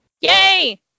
Yay